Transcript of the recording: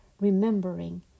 remembering